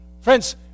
friends